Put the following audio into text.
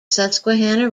susquehanna